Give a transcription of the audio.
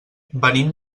venim